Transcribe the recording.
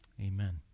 Amen